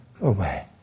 away